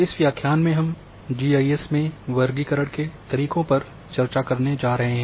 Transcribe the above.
इस व्याख्यान में हम जी आई एस में वर्गीकरण के तरीकों पर चर्चा करने जा रहे हैं